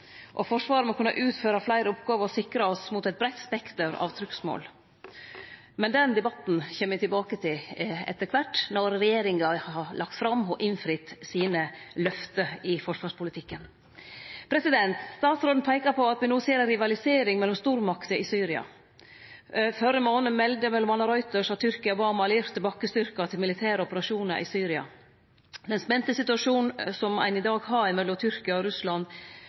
Forsvaret må kunne utføre fleire oppgåver og sikre oss mot eit breitt spekter av trugsmål. Denne debatten kjem me tilbake til etter kvart, når regjeringa har lagt fram og innfridd sine løfte i forsvarspolitikken. Utanriksministeren peika på at me no ser ei rivalisering mellom stormakter i Syria. Førre månad melde m.a. Reuters at Tyrkia bad om allierte bakkestyrkar til militære operasjonar i Syria. Den spente situasjonen som ein i dag har mellom Tyrkia og Russland,